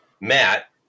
Matt